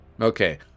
Okay